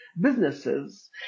businesses